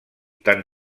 tan